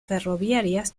ferroviarias